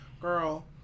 Girl